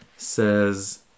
Says